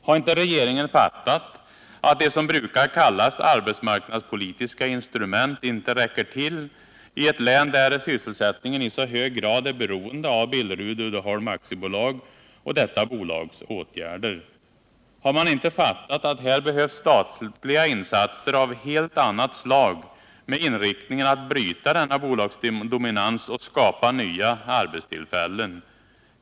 Har inte regeringen fattat att det som brukar kallas arbetsmarknadspolitiska instrument inte räcker till i ett län där sysselsättningen i så hög grad är beroende av Billerud-Uddeholm AB och detta bolags åtgärder? Har man inte fattat att här behövs statliga insatser av ett helt annat slag med inriktningen att bryta denna bolagsdominans och skapa nya arbetstillfällen?